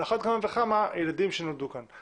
על אחת כמה וכמה ילדים שנולדו כאן.